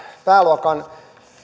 pääluokassa